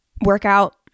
workout